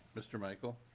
mr. michael